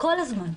כל הזמן,